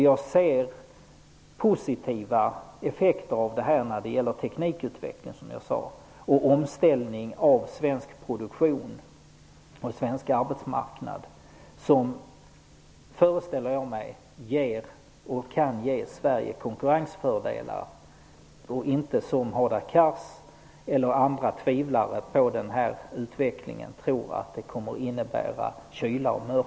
Jag ser positiva effekter av detta när det gäller teknikutveckling och omställning av svensk produktion och svensk arbetsmarknad. Jag föreställer mig att det kan ge Sverige konkurrensfördelar och inte kyla och mörker, som Hadar Cars och andra som tvivlar på denna utveckling tror.